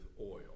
oil